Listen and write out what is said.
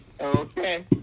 Okay